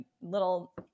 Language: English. little